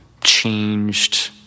changed